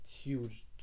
huge